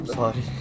sorry